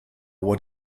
what